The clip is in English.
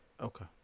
Okay